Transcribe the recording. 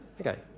Okay